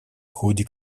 ходе